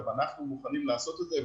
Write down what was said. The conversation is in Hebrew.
גם אנחנו מוכנים לעשות את זה,